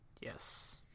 Yes